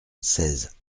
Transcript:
seize